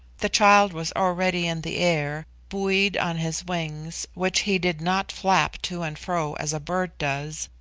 the child was already in the air, buoyed on his wings, which he did not flap to and fro as a bird does,